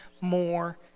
more